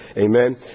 Amen